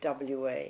WA